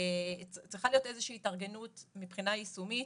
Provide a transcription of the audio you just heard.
איזה שהיא התארגנות מבחינה יישומית,